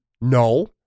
No